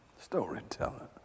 Storyteller